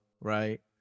right